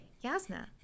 Yasna